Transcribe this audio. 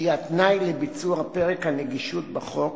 שהיא התנאי לביצוע פרק הנגישות בחוק,